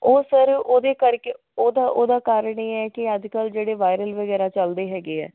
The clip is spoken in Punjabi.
ਉਹ ਸਰ ਉਹਦੇ ਕਰਕੇ ਉਹਦਾ ਉਹਦਾ ਕਾਰਨ ਇਹ ਹੈ ਕਿ ਅੱਜ ਕੱਲ੍ਹ ਜਿਹੜੇ ਵਾਇਰਲ ਵਗੈਰਾ ਚੱਲਦੇ ਹੈਗੇ ਹੈ